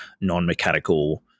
non-mechanical